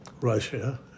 Russia